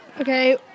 Okay